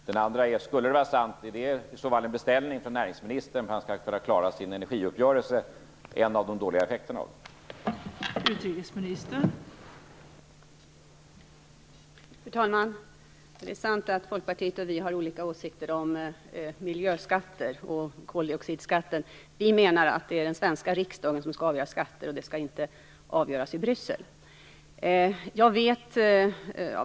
Den andra är: Om det är sant, är det i så fall fråga om en beställning från näringsministern för att han skall klara energiuppgörelsen - en av de dåliga effekterna av uppgörelsen?